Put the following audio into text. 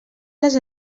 les